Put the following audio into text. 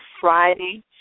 Friday